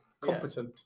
Competent